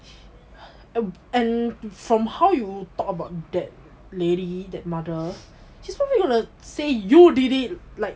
uh and from how you talk about that lady that mother she's probably gonna say you did it like